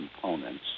components